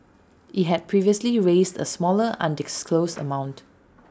IT had previously raised A smaller undisclosed amount